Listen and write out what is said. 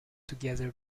together